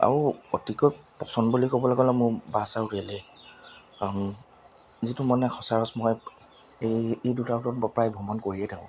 আৰু অতিকৈ পচন্দ বুলি ক'বলৈ গ'লে মোৰ বাছ আৰু ৰেলেই কাৰণ যিটো মানে সচৰাচৰ মই এই দুটা দুটা ভিতৰত ভ্ৰমণ কৰিয়েই থাকোঁ